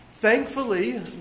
Thankfully